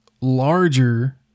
larger